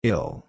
Ill